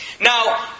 Now